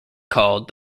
called